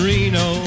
Reno